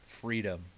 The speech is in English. freedom